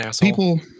people